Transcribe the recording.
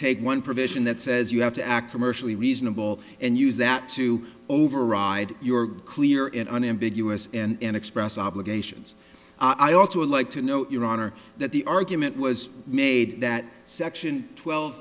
take one provision that says you have to act or mercial reasonable and use that to override your clear and unambiguous and express obligations i also would like to know your honor that the argument was made that section twelve